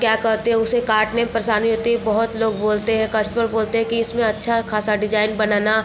क्या कहते हैं उसे काटने में परेशानी होती है बहुत लोग बोलते हैं कस्टमर बोलते हैं कि इसमें अच्छा खासा डिज़ाइन बनाना